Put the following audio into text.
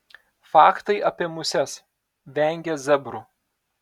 faktai apie muses vengia zebrų